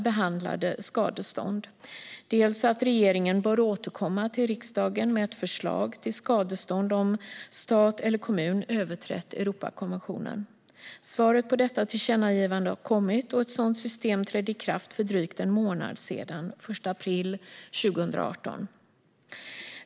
Det handlar bland annat om att regeringen bör återkomma till riksdagen med ett förslag till skadestånd om stat eller kommun har överträtt Europakonventionen. Svaret på detta tillkännagivande har kommit, och ett sådant system trädde i kraft för drygt en månad sedan - den 1 april 2018.